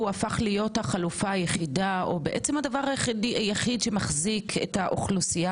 הוא הפך להיות החלופה היחידה או בעצם הדבר היחיד שמחזיק את האוכלוסייה